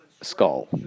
skull